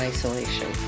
Isolation